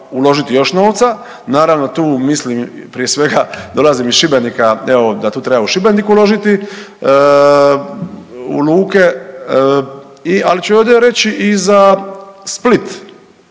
uložiti još novca. Naravno tu mislim prije svega dolazim iz Šibenika evo da tu treba u Šibenik uložiti u luke i ali ću ovdje reći i za Split.